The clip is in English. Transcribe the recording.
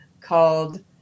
called